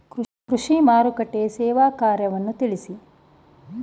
ಕೃಷಿ ಮಾರುಕಟ್ಟೆಯ ಸೇವಾ ಕಾರ್ಯವನ್ನು ತಿಳಿಸಿ?